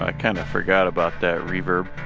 ah kind of forgot about that reverb.